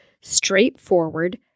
straightforward